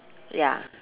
ya